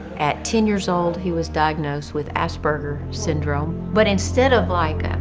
at ten years old, he was diagnosed with aspergers syndrome. but, instead of like ah,